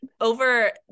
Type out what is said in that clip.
over